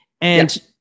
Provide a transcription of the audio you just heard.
And-